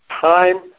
time